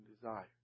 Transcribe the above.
desire